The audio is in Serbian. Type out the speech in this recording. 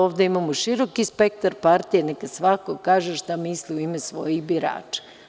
Ovde imamo široki spektar partija, neka svako kaže šta misli u ime svojih birača.